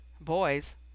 Boys